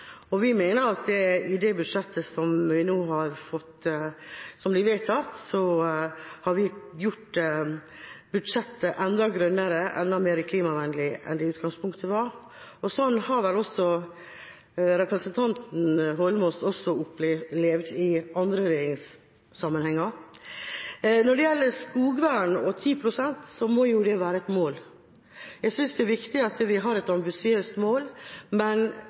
Vi mener at det budsjettet som blir vedtatt, har vi gjort enda grønnere og enda mer klimavennlig enn det i utgangspunktet var. Det har vel også representanten Eidsvoll Holmås opplevd i andre regjeringssammenhenger. Når det gjelder skogvern og 10 pst., må jo det være et mål. Jeg synes det er viktig at vi har et ambisiøst mål, men